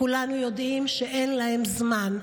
וכולנו יודעים שאין להם זמן.